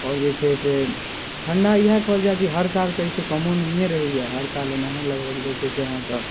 आओर जे छै से ठण्ढा इएह कहल जाए जे की हरसाल तऽ एहिसॅं कमो नहिये रहैया हरसाल एनाही लगभग होइते छै अहाँके